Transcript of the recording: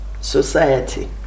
society